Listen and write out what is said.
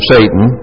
Satan